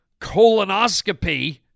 colonoscopy